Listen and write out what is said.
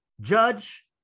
judge